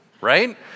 right